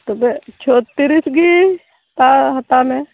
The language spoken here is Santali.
ᱛᱚᱵᱮ ᱪᱷᱚᱛᱨᱤᱥ ᱜᱮ ᱦᱟᱛᱟᱣ ᱦᱟᱛᱟᱣ ᱢᱮ